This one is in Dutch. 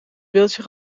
beeldje